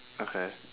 okay